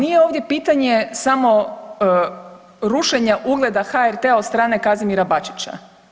Nije ovdje pitanje samo rušenja ugleda HRT-a od strane Kazimira Bačića.